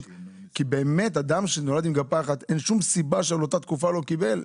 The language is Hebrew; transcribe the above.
כי באמת אדם שנולד עם גפה אחת אין שום סיבה שעל אותה תקופה הוא לא קיבל.